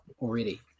already